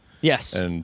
Yes